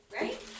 Right